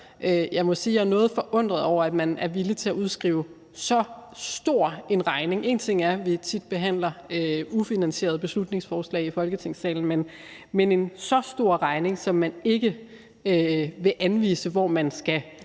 jeg er noget forundret over, at man er villig til at udskrive så stor en regning. Én ting er, at vi tit behandler ufinansierede beslutningsforslag i Folketingssalen, men en så stor regning, som man ikke vil anvise hvordan man skal